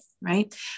right